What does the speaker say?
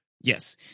Yes